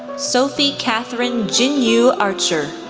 sophie kathryn jinyou archer,